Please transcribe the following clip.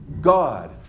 God